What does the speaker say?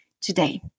today